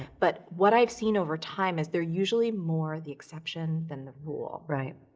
but what i've seen over time is they're usually more the exception than the rule. right.